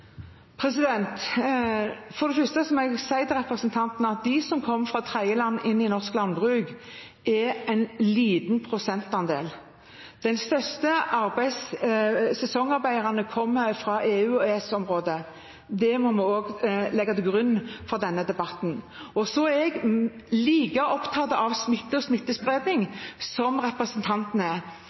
For det første må jeg si til representanten at de som kom fra tredjeland og inn i norsk landbruk, er en liten prosentandel. De fleste sesongarbeiderne kommer fra EU- og EØS-området. Det må vi legge til grunn for denne debatten. Jeg er like opptatt av smitte og smittespredning som representanten er.